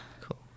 Cool